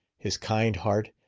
his kind heart,